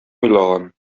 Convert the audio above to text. уйлаган